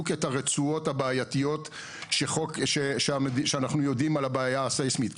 בדיוק את הרצועות הבעייתיות שאנחנו יודעים על הבעיה הססמית.